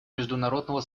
международного